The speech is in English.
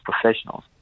professionals